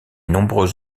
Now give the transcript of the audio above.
nombreux